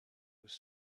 was